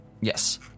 Yes